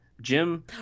jim